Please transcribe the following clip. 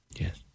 yes